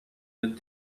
with